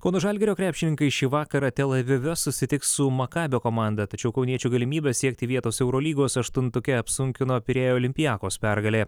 kauno žalgirio krepšininkai šį vakarą tel avive susitiks su makabio komanda tačiau kauniečių galimybes siekti vietos eurolygos aštuntuke apsunkino pirėjo olympiakos pergalė